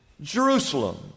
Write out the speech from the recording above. jerusalem